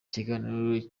ikiganiro